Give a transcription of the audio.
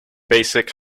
basic